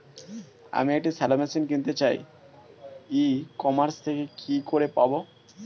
আমি একটি shallow machine কিনতে চাই ই কমার্স থেকে কি করে পাবো?